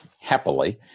happily